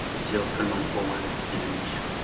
geothermal-powered generation.